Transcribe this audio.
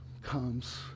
comes